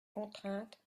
contraintes